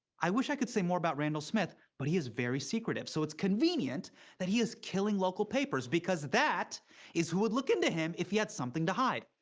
i wish i could say more about randall smith, but he is very secretive, so it's convenient that he is killing local papers, because that is who would look into him if he had something to hide.